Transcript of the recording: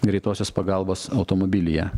greitosios pagalbos automobilyje